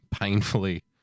painfully